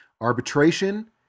Arbitration